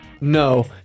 No